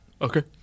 Okay